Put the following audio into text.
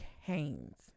Haynes